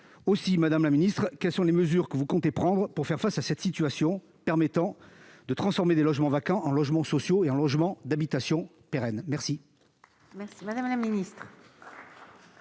Aussi, madame la ministre, quelles sont les dispositions que vous comptez prendre pour faire face à cette situation et permettre de transformer des logements vacants en logements sociaux et en logements d'habitation pérenne ? La